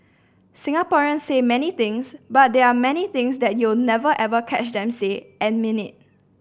Singaporeans say many things but there are many things you'll never ever catch them say and mean it